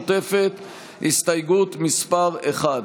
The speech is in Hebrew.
כל זה כדי שכל אחד,